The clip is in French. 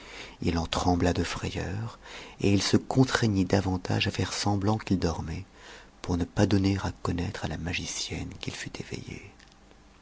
il en trembla de frayeur et il se contraignit davantage à faire semblant qu'il dormait pour ne pas donner à connaître à la magicienne qu'il fût éveillé